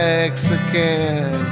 Mexican